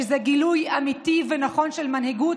שזה גילוי אמיתי ונכון של מנהיגות.